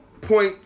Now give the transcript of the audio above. point